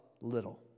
little